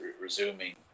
resuming